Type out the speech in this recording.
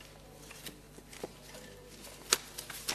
תשובת ראש הממשלה בנימין נתניהו: (לא נקראה,